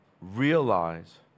realize